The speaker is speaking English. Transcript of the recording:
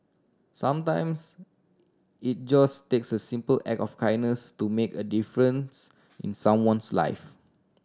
sometimes it just takes a simple act of kindness to make a difference in someone's life